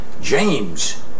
James